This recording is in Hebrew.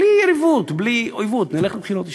בלי יריבות, בלי אויבות, נלך לבחירות אישיות.